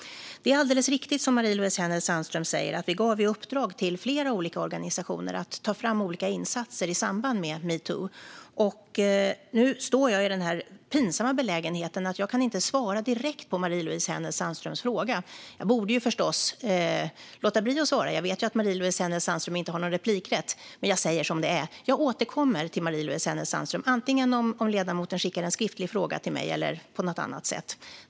Det är alldeles riktigt som Marie-Louise Hänel Sandström säger att vi gav i uppdrag till flera olika organisationer att ta fram olika insatser i samband med metoo. Nu står jag i den pinsamma belägenheten att jag inte kan svara direkt på Marie-Louise Hänel Sandströms fråga. Jag borde förstås låta bli att svara - jag vet ju att Marie-Louise Hänel Sandström inte har någon replikrätt - men jag säger som det är: Jag återkommer till Marie-Louise Hänel Sandström, antingen genom att ledamoten skickar en skriftlig fråga till mig eller på annat sätt.